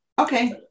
Okay